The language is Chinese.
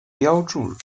标注